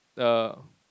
uh